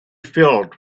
filled